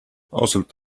ausalt